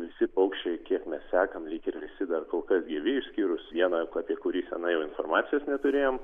visi paukščiai kiek mes sekame lyg ir visi dar kol kas gyvi išskyrus vieną apie kurį senai ir informacijos neturėjom